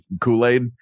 Kool-Aid